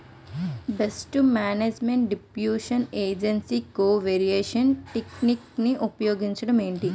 paste management distribution ఏజ్జి కో వేరియన్స్ టెక్ నిక్ ఉపయోగం ఏంటి